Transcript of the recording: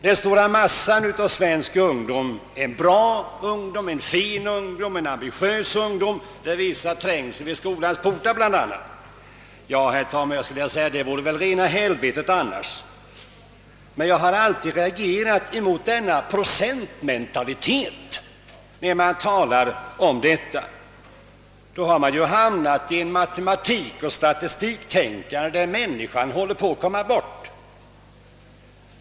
Den stora massan av svensk ungdom är bra, fin, ambitiös ungdom; det visar bl.a. trängseln vid skolans portar. Det vore väl, herr talman, rena helvetet annars, men jag har ändå alltid reagerat mot denna procentmentalitet. Man har då hamnat i ett matematikoch statistiktänkande, och människan håller på att komma bort.